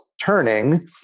turning